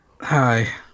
Hi